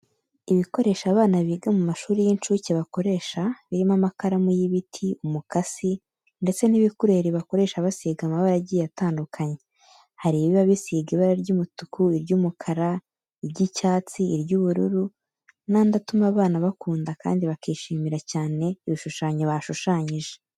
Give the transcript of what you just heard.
Ibikoresho abana biga mu mashuri y'inshuke bakoresha birimo amakaramu y'ibiti, umukasi ndetse n'ibikureri bakoresha basiga amabara agiye atandukanye. Hari ibiba bisiga ibara ry'umutuku, iry'umukara, iry'icyatsi, iry'ubururu n'andi atuma abana bakunda kandi bakishimira cyane ibishushanyo bashushanyize